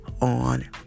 on